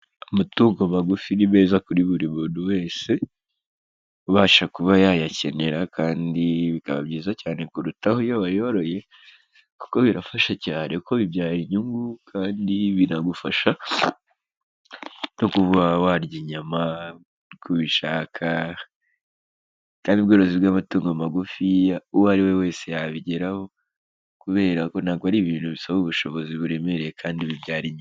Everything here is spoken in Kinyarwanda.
Amatungo magufi ni meza kuri buri muntu wese ubasha kuba yayakenera, kandi bikaba byiza cyane kurutaho iyo wayoroye kuko birafasha cyane kuko bibyara inyungu, kandi binagufasha no kuba warya inyama uko ubishaka, kandi ubworozi bw'abatungo magufiya uwo ari we wese yabigeraho, kubera ko ntabwo ari ibintu bisaba ubushobozi buremereye kandi bibyara inyungu.